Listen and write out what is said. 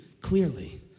clearly